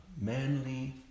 manly